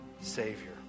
Savior